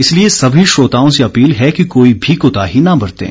इसलिए सभी श्रोताओं से अपील है कि कोई भी कोताही न बरतें